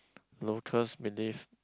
locals believe